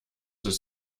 ist